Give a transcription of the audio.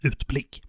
Utblick